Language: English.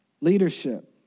Leadership